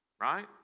right